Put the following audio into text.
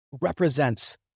represents